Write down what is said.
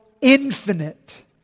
infinite